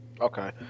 Okay